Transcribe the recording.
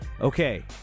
okay